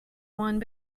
one